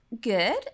Good